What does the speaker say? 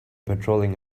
patrolling